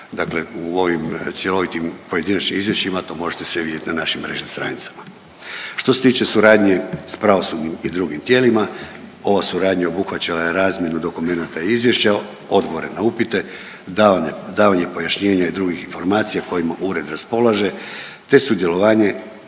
Dakle, u ovim cjelovitim pojedinačnim izvješćima to možete sve vidjeti na našim mrežnim stranicama. Što se tiče suradnje sa pravosudnim i drugim tijelima ova suradnja obuhvaćala je razmjenu dokumenata i izvješća, odgovore na upite, davanje pojašnjenja i drugih informacija kojima ured raspolaže, te sudjelovanje